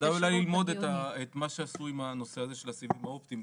כדאי מאוד ללמוד את מה שעשו עם הנושא הזה של הסיבים האופטיים,